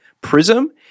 prism